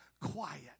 quiet